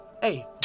hey